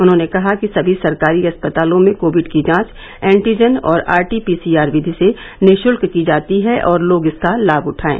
उन्होंने कहा कि सभी सरकारी अस्पतालों में कोविड की जांच एटीजन और आरटीपीसीआर विधि से निशुल्क की जाती है और लोग इसका लाभ उठाएं